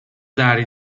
dare